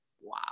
Wow